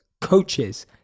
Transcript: coaches